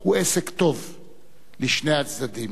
הוא עסק טוב לשני הצדדים".